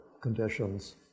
conditions